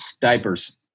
Diapers